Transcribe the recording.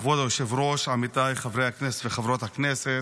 כבוד היושב-ראש, עמיתיי חברי הכנסת וחברות הכנסת,